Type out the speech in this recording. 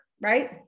Right